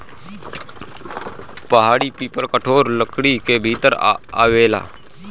पहाड़ी पीपल कठोर लकड़ी के भीतर आवेला